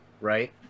right